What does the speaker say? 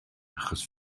achos